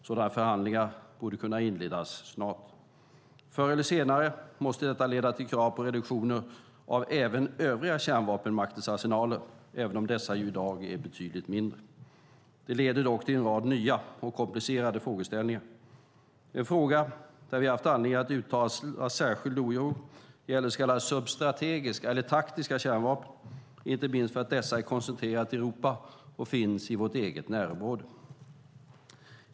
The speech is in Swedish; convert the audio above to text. Sådana förhandlingar borde kunna inledas relativt snart. Förr eller senare måste detta leda till krav på reduktioner av även övriga kärnvapenmakters arsenaler, även om dessa ju i dag är betydligt mindre. Detta leder dock till en rad nya och komplicerade frågeställningar. En fråga där vi har vi haft anledning att uttala särskild oro gäller så kallade substrategiska eller taktiska kärnvapen, inte minst för att dessa är koncentrerade till Europa och finns i vårt eget närområde.